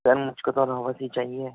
سر مجھ کو تو راوس ہی چاہیے